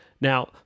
Now